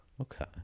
Okay